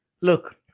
Look